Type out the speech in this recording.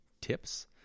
tips